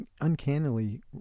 uncannily